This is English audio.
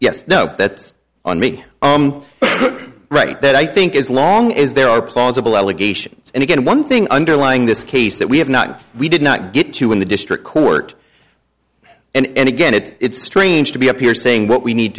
yes no that's on me right that i think as long as there are plausible allegations and again one thing underlying this case that we have not we did not get to in the district court and again it's strange to be up here saying what we need